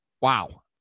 Wow